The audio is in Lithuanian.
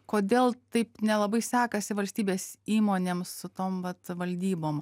kodėl taip nelabai sekasi valstybės įmonėm su tom vat valdybom